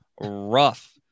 rough